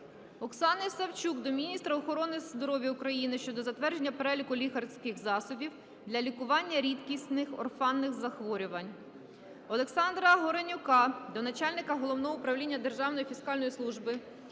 Оксани Савчук до міністра охорони здоров'я України щодо затвердження переліку лікарських засобів для лікування рідкісних (орфанних) захворювань. Олександра Горенюка до начальника головного управління Державної фіскальної служби